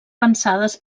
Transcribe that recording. pensades